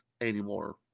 anymore